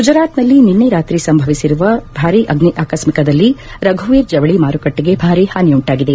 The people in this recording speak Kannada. ಗುಜರಾತ್ನಲ್ಲಿ ನಿನ್ನೆ ರಾತ್ರಿ ಸಂಭವಿಸಿರುವ ಭಾರಿ ಅಗ್ನಿ ಆಕಸ್ತಿಕದಲ್ಲಿ ರಘುವೀರ್ ಜವಳಿ ಮಾರುಕಟ್ಟೆಗೆ ಭಾರಿ ಹಾನಿಯಾಗಿದೆ